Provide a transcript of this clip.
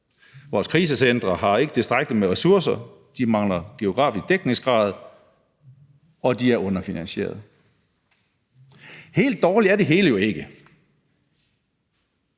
Vores krisecentre har ikke tilstrækkelig med ressourcer, de mangler geografisk dækningsgrad, og de er underfinansierede. Helt dårligt er det hele jo ikke.